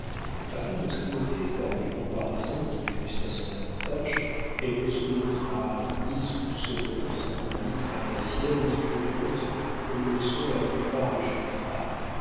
afin de triompher par des comparaisons qui fussent à son avantage elle ne se montra ni soupçonneuse ni tracassière ni curieuse comme le sont la plupart des jeunes femmes